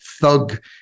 Thug